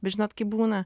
bet žinot kaip būna